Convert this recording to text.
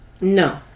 No